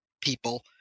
people